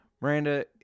Miranda